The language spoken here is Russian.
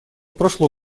прошло